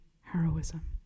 heroism